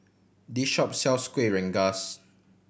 this shop sells Kuih Rengas